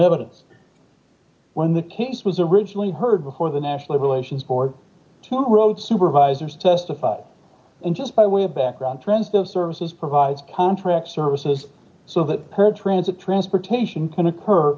evidence when the case was originally heard before the national relations board to wrote supervisors testified and just by way of background trends those services provide contract services so that per transit transportation can occur